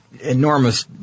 enormous